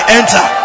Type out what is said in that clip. enter